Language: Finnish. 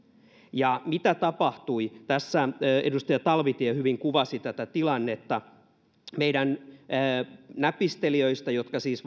ja mitä tapahtui tässä edustaja talvitie hyvin kuvasi tätä tilannetta meidän näpistelijöistä jotka siis